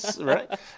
Right